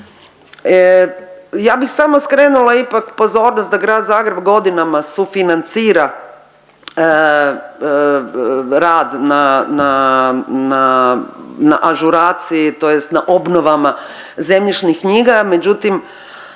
Ja bih samo skrenula ipak pozornost da Grad Zagreb godinama sufinancira rad na, na ažuraciji tj. na obnovama zemljišnih knjiga, međutim